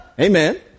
Amen